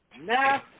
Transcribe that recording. now